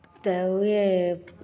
तऽ उएह